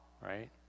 right